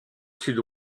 sud